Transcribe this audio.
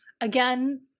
again